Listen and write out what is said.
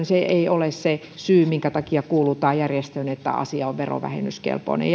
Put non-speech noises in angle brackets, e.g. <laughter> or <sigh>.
<unintelligible> se ei ole se syy minkä takia kuulutaan järjestöön että asia on verovähennyskelpoinen <unintelligible>